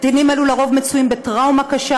קטינים אלה לרוב מצויים בטראומה קשה,